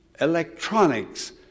electronics